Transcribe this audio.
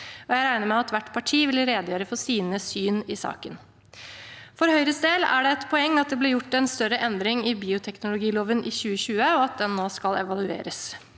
Jeg regner med at hvert parti vil redegjøre for sine syn i saken. For Høyres del er det et poeng at det ble gjort en større endring i bioteknologiloven i 2020, og at den nå skal evalueres.